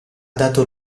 dato